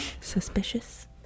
Suspicious